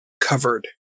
covered